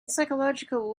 psychological